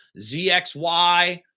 ZXY